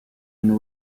and